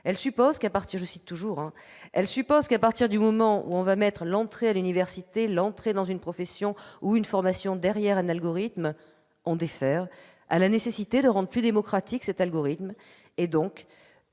elle suppose à partir du moment où on va mettre l'entrée à l'université, l'entrée dans une profession ou une formation derrière un algorithme, la nécessité de rendre plus démocratique cet algorithme et donc